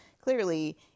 clearly